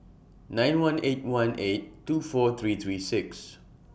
nine one eight one eight two four three three six